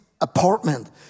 apartment